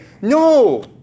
No